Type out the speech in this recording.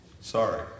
Sorry